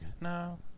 No